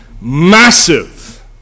massive